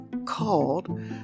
called